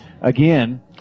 Again